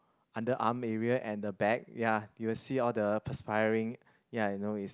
underarm area and the back ya you will see all the perspiring ya you know is